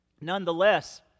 nonetheless